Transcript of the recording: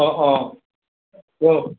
অঁ অঁ ক'ত